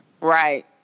Right